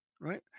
right